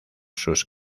sus